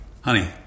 Honey